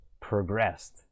progressed